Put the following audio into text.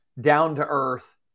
down-to-earth